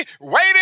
waiting